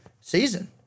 season